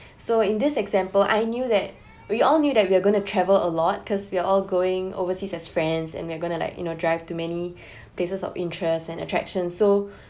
so in this example I knew that we all knew that we are going to travel a lot because we are all going overseas as friends and we are gonna like you know drive to many places of interest and attraction so